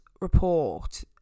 report